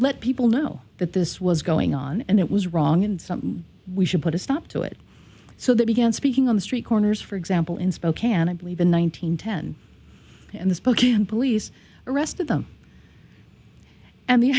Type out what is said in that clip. let people know that this was going on and it was wrong and something we should put a stop to it so they began speaking on the street corners for example in spokane i believe in one nine hundred ten and the spokane police arrested them and the